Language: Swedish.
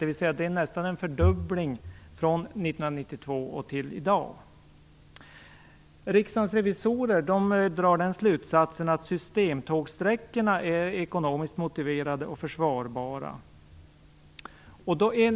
Det har nästan skett en fördubbling från 1992 och till i dag. Riksdagens revisorer drar slutsatsen att systemtågssträckorna är ekonomiskt motiverade och försvarbara.